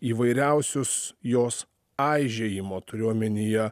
įvairiausius jos aižėjimo turiu omenyje